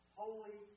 holy